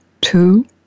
two